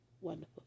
wonderful